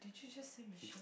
did you just say Michelle